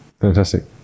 Fantastic